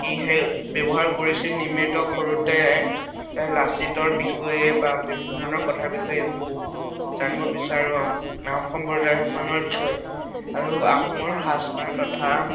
কি ব্যৱহাৰ কৰিছিল নিৰ্মিত সৰুতে লাচিতৰ বিষয়ে বা বিভিন্ন ধৰণৰ কথাৰ বিষয়ে মই বহুত জানিব বিচাৰোঁ আহোম সম্প্ৰদায় বিষয়ে আৰু আহোমৰ সাজপাৰ তথা